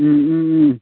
ओम ओम ओम